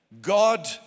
God